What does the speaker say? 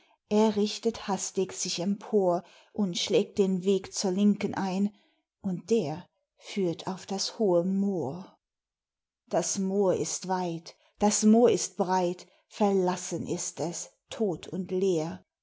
er richtet hastig sich empor und schlägt den weg zur linken ein und der führt auf das hohe moor das moor ist weit das moor ist breit verlassen ist es tot und leer